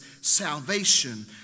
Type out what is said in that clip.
salvation